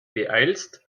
beeilst